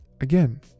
Again